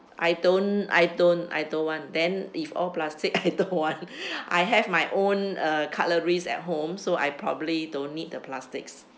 I don't I don't I don't want then if all plastic I don't want I have my own uh cutleries at home so I probably don't need the plastics